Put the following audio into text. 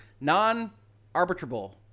non-arbitrable